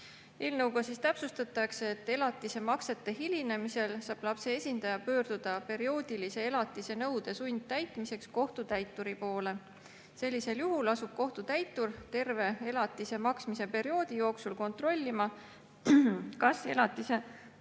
Eelnõuga täpsustatakse, et elatise maksete hilinemisel saab lapse esindaja pöörduda perioodilise elatise nõude sundtäitmiseks kohtutäituri poole. Sellisel juhul asub kohtutäitur terve elatise maksmise perioodi jooksul kontrollima, kas elatisevõlgnik